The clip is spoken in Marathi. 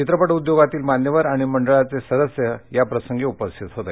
चित्रपट उद्योगातील मान्यवर आणि मुंडळाचे सदस्य याप्रसंगी उपस्थित होते